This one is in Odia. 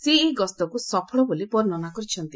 ସେ ଏହି ଗସ୍ତକୁ ସଫଳ ବୋଲି ବର୍ଷ୍ଣନା କରିଛନ୍ତି